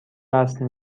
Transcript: وصل